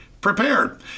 prepared